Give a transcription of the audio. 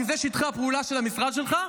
כי זה שטחי הפעולה של המשרד שלך,